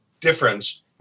difference